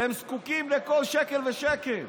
והם זקוקים לכל שקל ושקל.